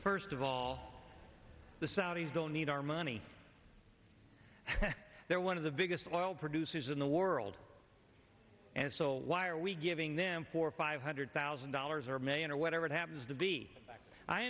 first of all the saudis don't need our money they're one of the biggest oil producers in the world and so why are we giving them for five hundred thousand dollars or million or whatever it happens to be i